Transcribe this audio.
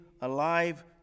alive